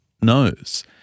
knows